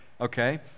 Okay